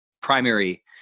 primary